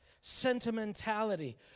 sentimentality